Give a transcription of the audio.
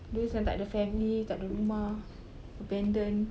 those yang tak ada family tak ada rumah abandoned